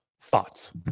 thoughts